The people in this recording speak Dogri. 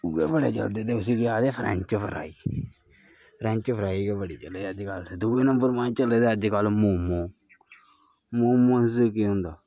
उ'ऐ बड़े चढ़दे ते उसी केह् आखदे फ्रैेंच फ्राई फ्रैंच फ्राई गै बड़े चले दे अज्जकल चले दे दूए नंबर माए अज्जकल मोमो मोमोस च केह् होंदा